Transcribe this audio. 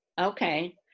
okay